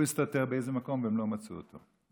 הוא הסתתר באיזה מקום והם לא מצאו אותו.